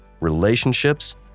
relationships